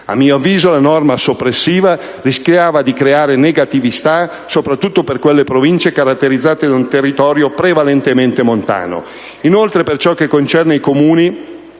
A mio avviso, la norma soppressiva rischiava di creare negatività, soprattutto per quelle Province caratterizzate da un territorio prevalentemente montano. Inoltre, per ciò che concerne i Comuni,